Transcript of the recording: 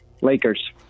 Lakers